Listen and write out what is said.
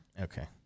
okay